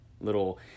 little